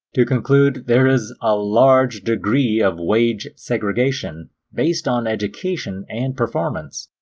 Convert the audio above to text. to conclude there is a large degree of wage segregation based on education and performance.